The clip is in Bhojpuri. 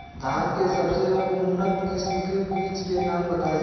धान के सबसे उन्नत किस्म के बिज के नाम बताई?